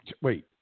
Wait